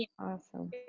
awesome